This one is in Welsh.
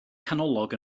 canolog